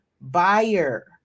buyer